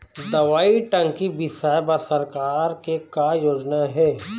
दवई टंकी बिसाए बर सरकार के का योजना हे?